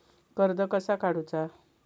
कर्ज कसा काडूचा?